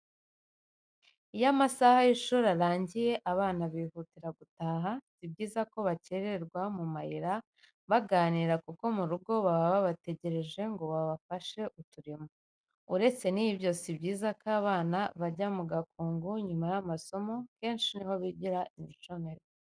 Iyo amasaha y'ishuri arangiye abana bihutira gutaha si byiza ko bakererwa mu mayira baganira kuko mu rugo baba babategereje ngo babafashe uturimo, uretse nibyo si byiza ko abana bajya mu gakungu nyuma y'amasomo kenshi niho bigira imico mibi.